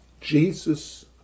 jesus